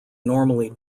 normally